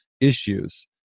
issues